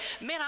man